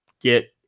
get